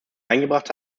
eingebracht